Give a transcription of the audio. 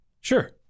Sure